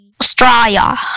Australia